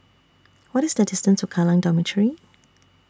What IS The distance to Kallang Dormitory